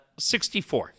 64